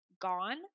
gone